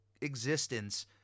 existence